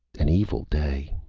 an evil day,